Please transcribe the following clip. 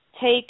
take